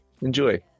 enjoy